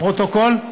לפרוטוקול?